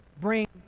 bring